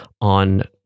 on